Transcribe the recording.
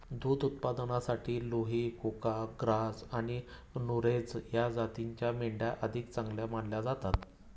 दुध उत्पादनासाठी लुही, कुका, ग्राझ आणि नुरेझ या जातींच्या मेंढ्या अधिक चांगल्या मानल्या जातात